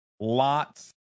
lots